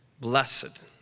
Blessed